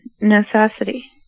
necessity